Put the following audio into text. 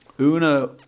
Una